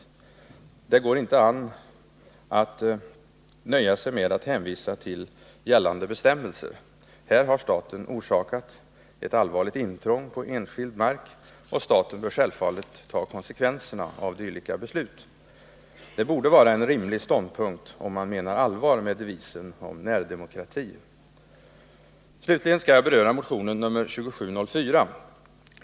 Men det går inte an att nöja sig med att hänvisa till gällande bestämmelser. Här har staten orsakat ett allvarligt intrång på enskild mark, och staten bör självfallet ta konsekvenserna av dylika beslut. Detta borde vara en rimlig ståndpunkt, om man menar allvar med devisen om närdemokrati. Slutligen skall jag beröra motionen nr 2704.